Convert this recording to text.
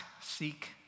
seek